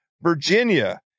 Virginia